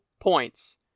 points